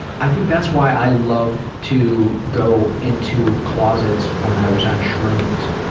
i think that's why i loved to go into closets when i was on shrooms.